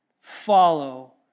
follow